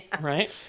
right